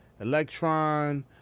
Electron